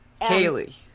Kaylee